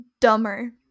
dumber